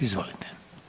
Izvolite.